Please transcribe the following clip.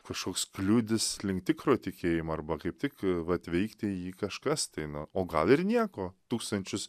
kažkoks kliudis link tikro tikėjimo arba kaip tik a vat veikti jį kažkas tai nu o gal ir nieko tūkstančius